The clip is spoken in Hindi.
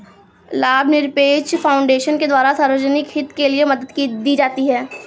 लाभनिरपेक्ष फाउन्डेशन के द्वारा सार्वजनिक हित के लिये मदद दी जाती है